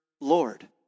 Lord